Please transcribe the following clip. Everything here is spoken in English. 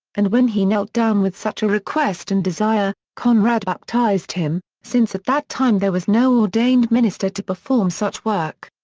and when he knelt down with such a request and desire, conrad baptized him, since at that time there was no ordained minister to perform such work.